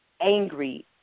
angry